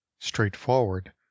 Straightforward